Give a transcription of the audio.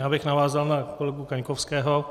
Já bych navázal na kolegu Kaňkovského.